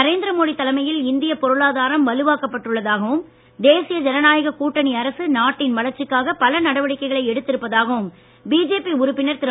நரேந்திர மோடி தலைமையில் இந்திய பொருளாதாரம் வலுவாக்கப் பட்டுள்ளதாகவும் தேசிய ஜனநாயக கூட்டணி அரசு நாட்டின் வளர்ச்சிக்காக பல நடவடிக்கைகளை எடுத்து இருப்பதாகவும் பிஜேபி உறுப்பினர் திரு